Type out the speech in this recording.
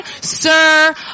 sir